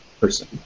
person